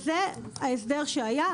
זה ההסדר שהיה.